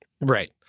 Right